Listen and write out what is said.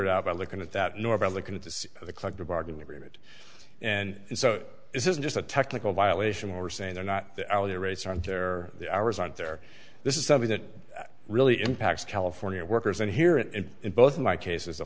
it out by looking at that nor by looking at the of the collective bargaining agreement and so this isn't just a technical violation we're saying or not the hourly rates aren't there the hours aren't there this is something that really impacts california workers and here it is in both my cases the